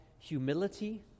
humility